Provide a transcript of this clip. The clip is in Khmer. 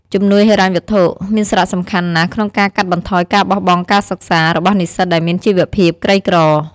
ជំនួយហិរញ្ញវត្ថុមានសារៈសំខាន់ណាស់ ក្នុងការកាត់បន្ថយការបោះបង់ការសិក្សារ របស់និស្សិតដែលមានជីវៈភាពក្រីក្រ។